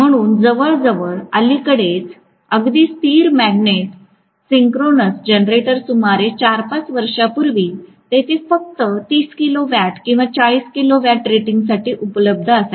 म्हणून जवळजवळ अलीकडेच अगदी स्थिर मॅग्नेट सिंक्रोनस जनरेटर सुमारे 4 5 वर्षांपूर्वी तेथे फक्त 30 किलो वॅट किंवा 40 किलो वॅट रेटिंगसाठी उपलब्ध असायचा